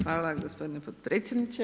Hvala gospodine potpredsjedniče.